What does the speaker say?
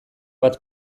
bat